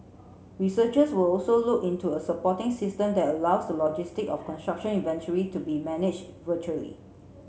researchers will also look into a supporting system that allows the logistic of construction inventory to be managed virtually